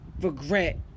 regret